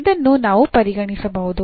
ಇದನ್ನು ನಾವು ಪರಿಹರಿಸಬಹುದು